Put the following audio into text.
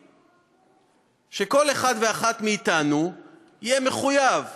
שכל אחד ואחת מאתנו יהיה מחויב להצטלם,